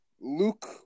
Luke